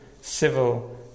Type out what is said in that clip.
civil